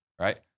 right